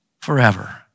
forever